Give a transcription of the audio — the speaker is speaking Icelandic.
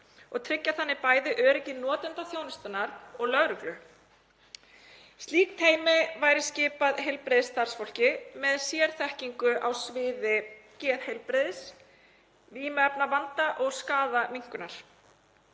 og tryggja þannig bæði öryggi notenda þjónustunnar og lögreglu. Slíkt teymi væri skipað heilbrigðisstarfsfólki með sérþekkingu á sviði geðheilbrigðis, vímuefnavanda og skaðaminnkunar.